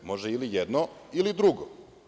Može ili jedno ili drugo.